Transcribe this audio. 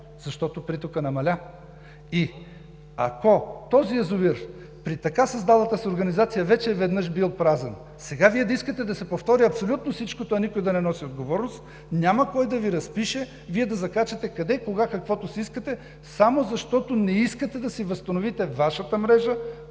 защото притокът намаля. И ако този язовир при така създалата се организация вече веднъж е бил празен, сега Вие да искате да се повтори абсолютно всичко и никой да не носи отговорност. Няма кой да Ви разпише Вие да закачате където, когато, каквото си искате само защото не искате да си възстановите Вашата мрежа,